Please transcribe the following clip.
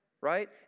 right